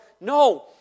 no